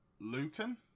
Lucan